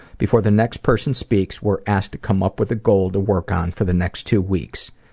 before the next person speaks, we're asked to come up with a goal to work on for the next two weeks.